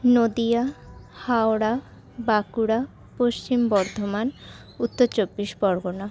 Nadia Howrah Bankura Paschim Bardhaman Uttar Chabbish Pargana